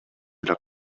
эле